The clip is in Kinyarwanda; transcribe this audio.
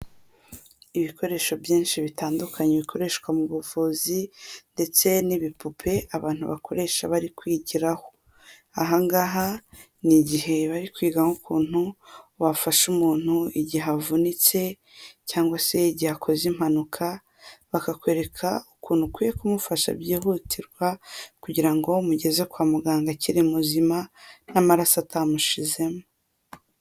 Ibikoresho byinshi bitandukanye bikoreshwa mu buvuzi ndetse n'ibipupe abantu bakoresha bari kwigiraho, ahangaha ni igihe bari kwiga nk'ukuntu wafasha umuntu igihe avunitse cyangwa se igihe akoze impanuka bakakwereka ukuntu ukwiye kumufasha byihutirwa kugira ngo umugeze kwa muganga akiri muzima n'amaraso atamushizemo.